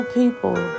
people